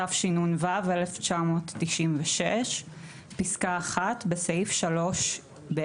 התשנ"ו-1996 - בסעיף 3(ב),